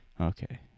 Okay